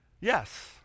yes